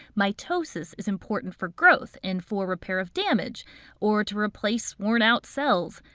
mitosis is important for growth and for repair of damage or to replace worn out cells.